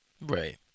Right